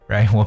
Right